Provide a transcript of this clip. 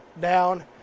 down